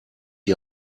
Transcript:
die